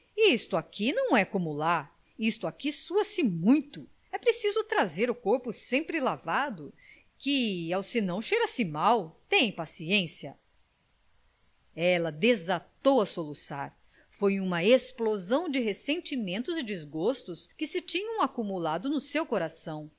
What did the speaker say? isto aqui não é como lá isto aqui sua se muito é preciso trazer o corpo sempre lavado que ao se não cheira se mel tem paciência ela desatou a soluçar foi uma explosão de ressentimentos e desgostos que se tinham acumulado no seu coração